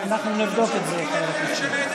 אני לא יודע להצביע בלי שאני שומע את